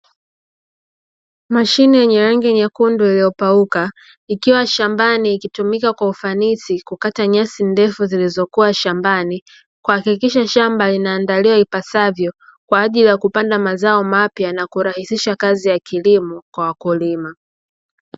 Mashine yenye rangi nyekundu iliyopauka ikiwa shambani ikitumika kwa ufanisi kukata nyasi ndefu zilizokuwa shambani, kuhakikisha shamba linaandaliwa ipasavyo kwa ajili ya kupanda mazao mapya na kurahisisha kazi ya kilimo kwa wakulima.